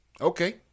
Okay